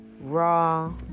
raw